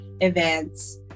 events